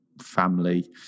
family